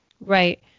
Right